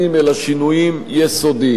אלא שינויים יסודיים.